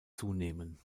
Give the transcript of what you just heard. zunehmen